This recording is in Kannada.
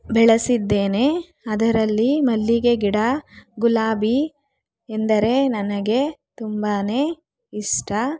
ಬೆಳಸಿದ್ದೇನೆ ಅದರಲ್ಲಿ ಮಲ್ಲಿಗೆ ಗಿಡ ಗುಲಾಬಿ ಎಂದರೆ ನನಗೆ ತುಂಬಾ ಇಷ್ಟ